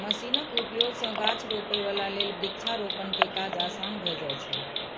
मशीनक उपयोग सं गाछ रोपै बला लेल वृक्षारोपण के काज आसान भए जाइ छै